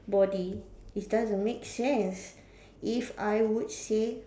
body it doesn't make sense if I would say